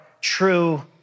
true